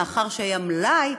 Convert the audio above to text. מאחר שהיה מלאי,